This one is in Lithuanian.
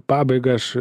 pabaigą aš